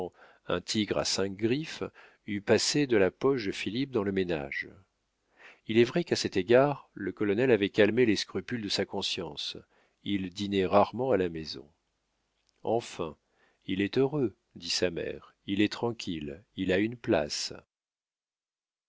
un tigre à cinq griffes eût passé de la poche de philippe dans le ménage il est vrai qu'à cet égard le colonel avait calmé les scrupules de sa conscience il dînait rarement à la maison enfin il est heureux dit sa mère il est tranquille il a une place